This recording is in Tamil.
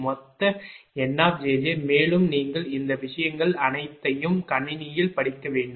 மொத்த N மேலும் நீங்கள் இந்த விஷயங்கள் அனைத்தையும் கணினியில் படிக்க வேண்டும்